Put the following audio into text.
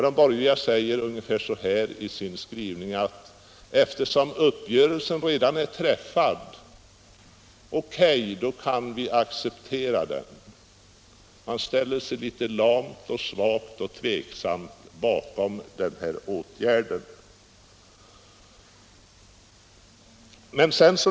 De borgerliga säger i sin skrivning ungefär så här: Eftersom uppgörelsen redan är träffad, så kan vi acceptera den. Man ställer sig alltså litet lamt och tveksamt bakom åtgärden.